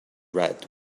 red